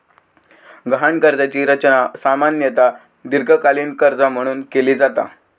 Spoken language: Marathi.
गहाण कर्जाची रचना सामान्यतः दीर्घकालीन कर्जा म्हणून केली जाता